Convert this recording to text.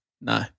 No